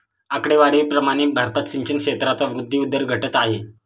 आकडेवारी प्रमाणे भारतात सिंचन क्षेत्राचा वृद्धी दर घटत आहे